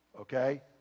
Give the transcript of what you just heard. Okay